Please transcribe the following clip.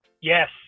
Yes